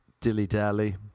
dilly-dally